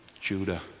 Judah